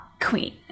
queen